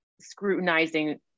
scrutinizing